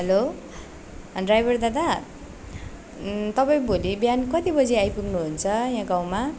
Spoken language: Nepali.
हेलो ड्राइभर दादा तपाईँ भोलि बिहान कति बजी आइपुग्नु हुन्छ यहाँ गाउँमा